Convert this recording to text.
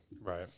Right